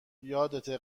یادته